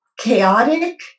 chaotic